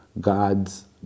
God's